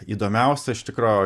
įdomiausia iš tikro